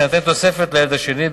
תינתן תוספת לילד השני,